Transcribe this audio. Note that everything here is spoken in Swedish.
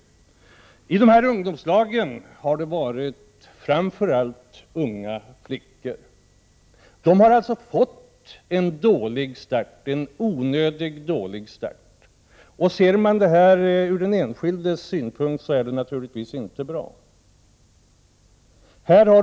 Ungdomslagen har framför allt bestått av unga flickor, som alltså har fått en onödigt dålig start. Sett ur den enskildes synpunkt är det här naturligtvis inte bra.